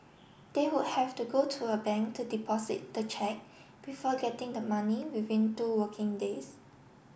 they would have to go to a bank to deposit the cheque before getting the money within two working days